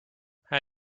how